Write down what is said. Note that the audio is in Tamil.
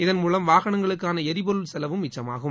இதன் மூலம் வாகனங்களுக்கான எரிபொருள் செலவும் மிச்சமாகும்